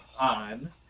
on